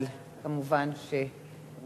אבל כמובן לא